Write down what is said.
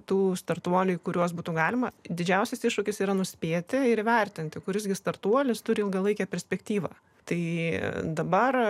tų startuoliai kuriuos būtų galima didžiausias iššūkis yra nuspėti ir įvertinti kuris gi startuolis turi ilgalaikę perspektyvą tai dabar